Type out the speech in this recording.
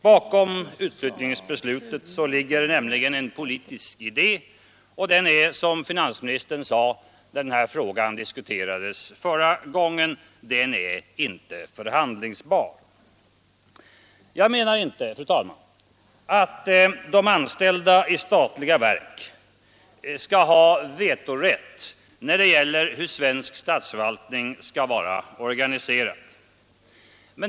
Bakom utflyttningsbeslutet ligger nämligen en politisk idé och den är som finansministern sade när den här frågan diskuterades förra gången ”inte förhandlingsbar”. Jag menar inte, fru talman, att de anställda i statliga verk skall ha vetorätt när det gäller hur svensk statsförvaltning skall vara organiserad.